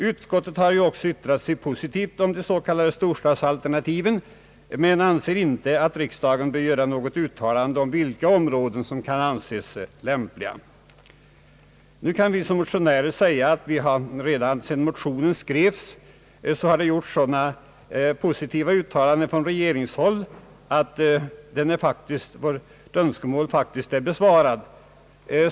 Utskottet har ju också yttrat sig positivt om de s.k. storstadsalternativen men anser inte att riksdagen bör göra något uttalande om vilka områden som kan anses lämpliga. Nu kan vi motionärer säga att det sedan motionen skrevs har gjorts sådana positiva uttalanden från regeringshåll att våra önskemål i motionen faktiskt är tillgodosedda.